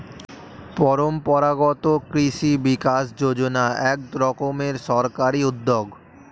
পরম্পরাগত কৃষি বিকাশ যোজনা এক রকমের সরকারি উদ্যোগ